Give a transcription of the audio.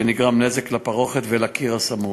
ונגרם נזק לפרוכת ולקיר הסמוך.